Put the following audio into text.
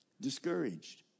discouraged